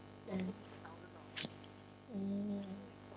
mm oh